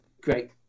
great